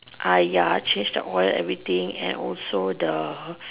ya change the oil everything and also the